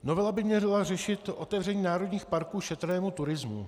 Novela by měla řešit otevření národních parků šetrnému turismu.